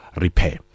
repair